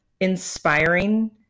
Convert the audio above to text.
inspiring